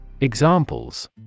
Examples